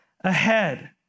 ahead